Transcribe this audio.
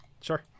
sure